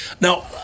now